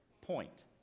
point